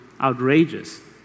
outrageous